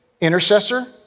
intercessor